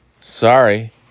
Sorry